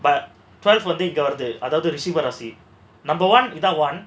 but twelve forty இங்க வருது அதாவது ரிஷப ராசி:inga varuthu adhaavathu rishaba rasi number one without one